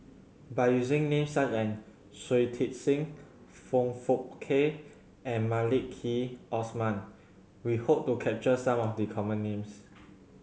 by using names such as Shui Tit Sing Foong Fook Kay and Maliki Osman we hope to capture some of the common names